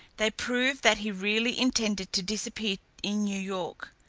they prove that he really intended to disappear in new york.